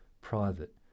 private